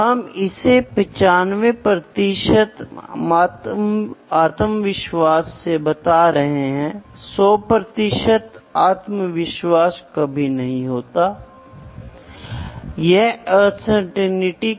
अब जब मैं अगला घटक डालता हूं तो मैं यह सुनिश्चित करने का प्रयास करूंगा कि 004 की यह डिस्क्रिपेंसी दूर हो जाए और मुझे इस प्रक्रिया पर बेहतर नियंत्रण मिल जाए